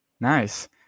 nice